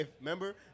remember